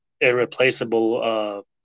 irreplaceable